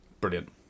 Brilliant